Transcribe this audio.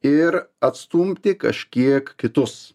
ir atstumti kažkiek kitus